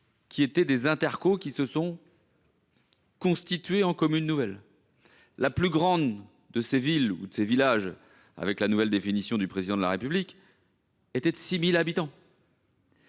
intercommunalités qui se sont constituées en communes nouvelles. La plus grande de ces villes – ou de ces « villages », selon la nouvelle définition du Président de la République – était de 6 000 habitants.